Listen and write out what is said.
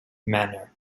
manor